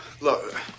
look